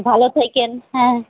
ভালো থাকুন হ্যাঁ